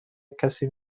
کسی